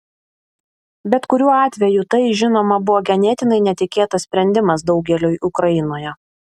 bet kuriuo atveju tai žinoma buvo ganėtinai netikėtas sprendimas daugeliui ukrainoje